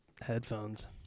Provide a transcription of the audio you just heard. headphones